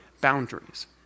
boundaries